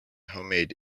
homemade